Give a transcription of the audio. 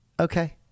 Okay